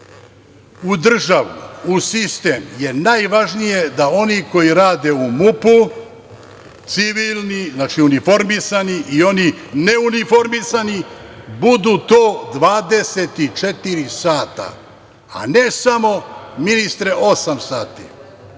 u državu, u sistem je najvažnije da oni koji rade u MUP-u, civilni, znači, uniformisani i oni neuniformisani budu to 24 sata, a ne samo, ministre, osam sati.